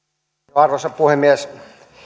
arvoisa puhemies